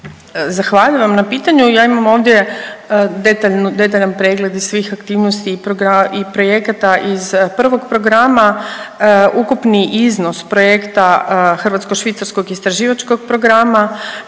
Zahvaljujem vam na pitanju. Ja imam ovdje detaljan pregled svih aktivnosti i projekata iz prvog programa. Ukupni iznos projekta hrvatsko-švicarskog istraživačkog programa